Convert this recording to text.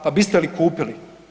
Pa biste li kupili?